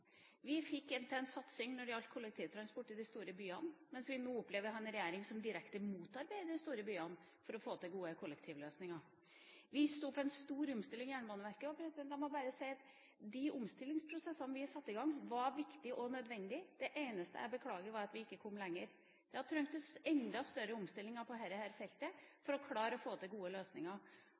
Vi fikk til en satsing når det gjaldt kollektivtransport i de store byene, mens vi nå opplever å ha en regjering som direkte motarbeider de store byene for å få til gode kollektivløsninger. Vi sto for en stor omstilling i Jernbaneverket, og la meg bare si at de omstillingsprosessene vi satte i gang, var viktige og nødvendige. Det eneste jeg beklager, er at vi ikke kom lenger. Det hadde trengtes enda større omstillinger på dette feltet for å klare å få til gode løsninger.